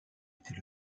était